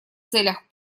целях